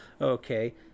Okay